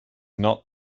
not